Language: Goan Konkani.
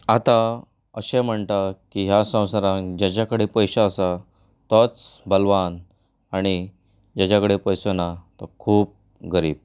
आतां अशें म्हणटा की ह्या संवसारान जेज्या पयशें आसात तोंच बलवान आनी जेज्या कडेन पयसो ना तो खूब गरीब